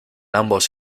ambos